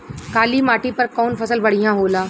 काली माटी पर कउन फसल बढ़िया होला?